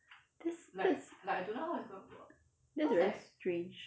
that's that's that's very strange